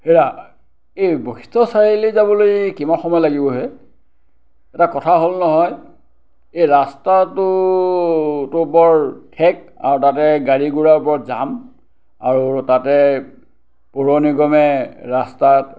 হেৰা এই বৈশিষ্ঠ চাৰিআলি যাবলৈ কিমান সময় লাগিব হে এটা কথা হ'ল নহয় এই ৰাস্তাটোতো বৰ ঠেক আৰু তাতে গাড়ী ঘূৰাও বহুত জাম আৰু তাতে পৌৰনিগমে ৰাস্তাত